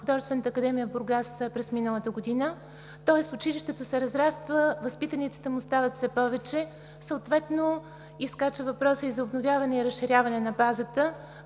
на Художествената академия в Бургас през миналата година. Тоест училището се разраства, възпитаниците му стават все повече, съответно изскача въпросът за обновяване и разширяване на базата.